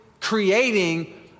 creating